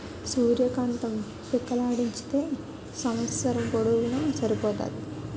సూర్య కాంతం పిక్కలాడించితే సంవస్సరం పొడుగునూన సరిపోతాది